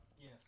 Yes